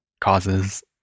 causes